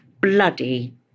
bloody